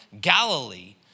Galilee